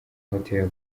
hotel